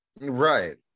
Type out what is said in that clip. Right